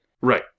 Right